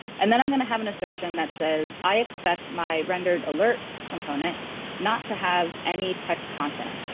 and then i'm going to have an assertion that says i expect my rendered alert component not to have any text content.